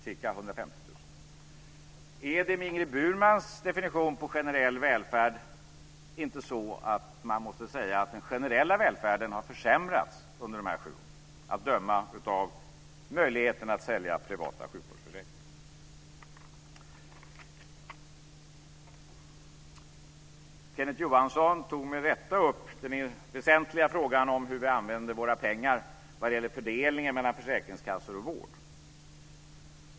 Är det, med Ingrid Burmans definition på generell välfärd, inte så att man måste säga att den generella välfärden har försämrats under de här sju åren, att döma av möjligheten att sälja privata sjukvårdsförsäkringar? Kenneth Johansson tog med rätta upp den väsentliga frågan hur vi använder våra pengar vad gäller fördelningen mellan försäkringskassor och vård.